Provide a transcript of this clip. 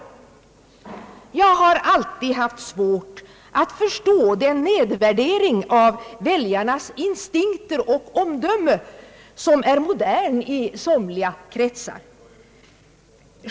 Jag har alltid haft svårt att förstå den nedvärdering av väljarnas instinkter och omdöme som är modern i somliga kretsar.